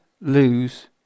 lose